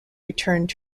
returned